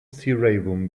theeravum